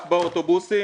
רק באוטובוסים.